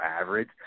average